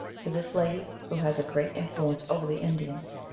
to this lady, who has a great influence over the indians,